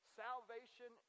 salvation